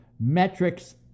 metrics